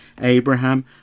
Abraham